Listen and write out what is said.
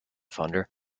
founder